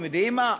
אתם יודעים מה,